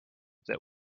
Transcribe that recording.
that